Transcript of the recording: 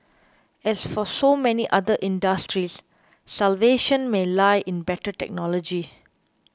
as for so many other industries salvation may lie in better technology